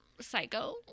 Psycho